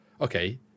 Okay